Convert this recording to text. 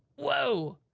whoa,